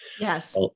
Yes